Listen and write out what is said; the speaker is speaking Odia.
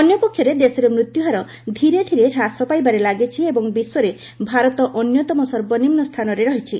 ଅନ୍ୟପକ୍ଷରେ ଦେଶରେ ମୃତ୍ୟୁହାର ଧିରେଧିରେ ହ୍ରାସ ପାଇବାରେ ଲାଗିଛି ଏବଂ ବିଶ୍ୱରେ ଭାରତ ଅନ୍ୟତମ ସର୍ବନିମୁ ସ୍ଥାନରେ ରହିଛି